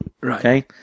Right